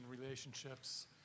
relationships